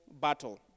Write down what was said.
battle